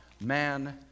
man